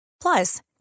Plus